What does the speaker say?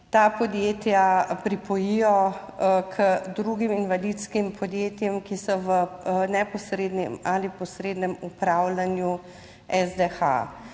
ta podjetja pripojijo k drugim invalidskim podjetjem, ki so v neposrednem ali posrednem upravljanju SDH.